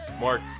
Mark